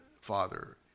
Father